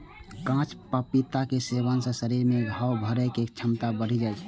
कांच पपीताक सेवन सं शरीर मे घाव भरै के क्षमता बढ़ि जाइ छै